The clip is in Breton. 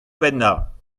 pennañ